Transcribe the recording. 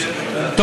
ספורטאים,